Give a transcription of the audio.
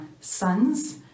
sons